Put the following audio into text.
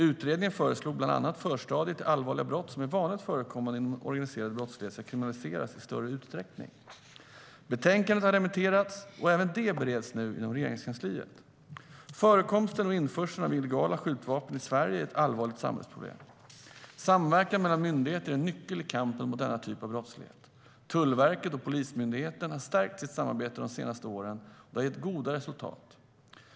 Utredningen föreslog bland annat att förstadier till allvarliga brott som är vanligt förekommande inom organiserad brottslighet ska kriminaliseras i större utsträckning. Betänkandet har remitterats, och även det bereds nu inom Regeringskansliet.Förekomsten och införseln av illegala skjutvapen i Sverige är ett allvarligt samhällsproblem. Samverkan mellan myndigheter är en nyckel i kampen mot denna typ av brottslighet. Tullverket och Polismyndigheten har stärkt sitt samarbete de senaste åren, och det har gett goda resultat.